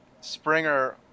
Springer